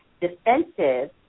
defensive